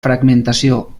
fragmentació